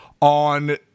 on